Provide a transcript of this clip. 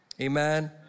Amen